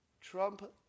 Trump